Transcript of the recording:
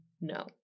no